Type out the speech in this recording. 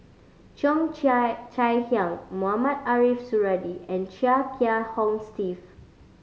Cheo Chai Chai Hiang Mohamed Ariff Suradi and Chia Kiah Hong Steve